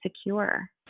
secure